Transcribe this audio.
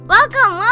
Welcome